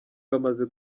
bamaze